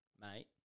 mate